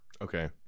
Okay